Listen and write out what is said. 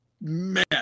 Man